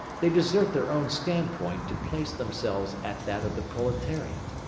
they desert their own standpoint to place themselves at that of the proletariat.